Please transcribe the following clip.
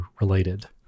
related